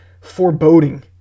foreboding